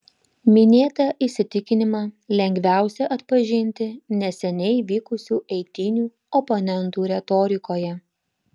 minėtą įsitikinimą lengviausia atpažinti neseniai vykusių eitynių oponentų retorikoje